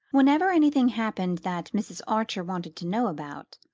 whenever anything happened that mrs. archer wanted to know about,